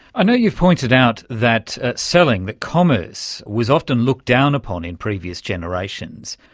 i know you've pointed out that selling, that commerce was often looked down upon in previous generations,